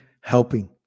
helping